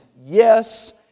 Yes